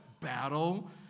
battle